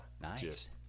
Nice